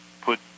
put